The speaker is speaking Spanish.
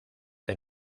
del